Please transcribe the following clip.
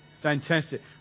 Fantastic